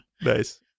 Nice